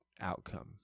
outcome